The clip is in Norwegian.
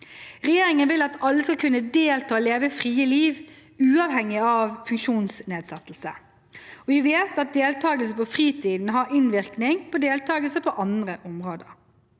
Regjeringen vil at alle skal kunne delta og leve et fritt liv, uavhengig av funksjonsnedsettelse. Vi vet at deltakelse på fritiden har innvirkning på deltakelse på andre områder.